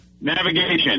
Navigation